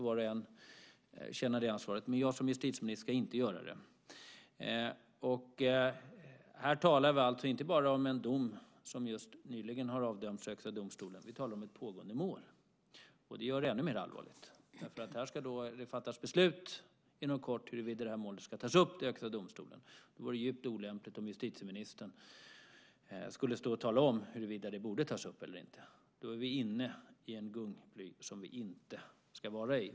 Var och en får känna det ansvaret. Men jag som justitieminister ska inte göra det. Här talar vi alltså inte bara om en dom nyligen i Högsta domstolen, utan vi talar om ett pågående mål. Det gör det ännu mer allvarligt eftersom det inom kort ska fattas beslut om huruvida detta mål ska tas upp i Högsta domstolen. Och det vore djupt olämpligt om justitieministern skulle stå och tala om huruvida det borde tas upp eller inte. Då befinner vi oss på ett gungfly där vi inte ska vara.